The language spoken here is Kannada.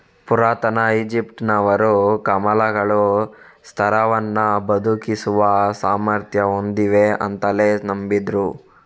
ಪುರಾತನ ಈಜಿಪ್ಟಿನವರು ಕಮಲಗಳು ಸತ್ತವರನ್ನ ಬದುಕಿಸುವ ಸಾಮರ್ಥ್ಯ ಹೊಂದಿವೆ ಅಂತಲೇ ನಂಬಿದ್ರು